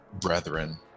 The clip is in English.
brethren